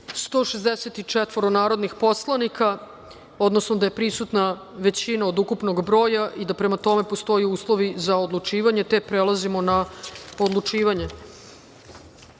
164 narodna poslanika, odnosno da je prisutna većina od ukupnog broja i da prema tome postoje uslovi za odlučivanje. Prelazimo na odlučivanje. Prva